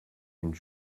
une